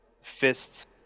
Fists